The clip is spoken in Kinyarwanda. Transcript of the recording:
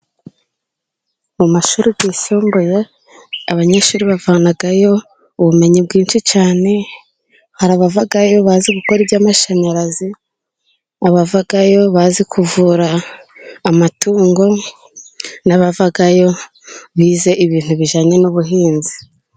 Mu mashuri yisumbuye, abanyeshuri bavanayo ubumenyi bwinshi cyane, hari abavayo bazi gukora iby'amashanyarazi, abavayo bazi kuvura amatungo, n'abavayo bize ibintu bijyanye n'ubuhinzi.